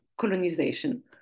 colonization